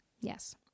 Yes